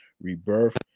Rebirth